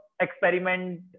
experiment